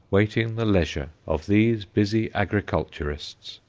waiting the leisure of these busy agriculturists.